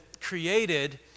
created